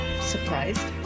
Surprised